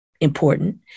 important